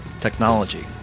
technology